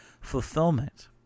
fulfillment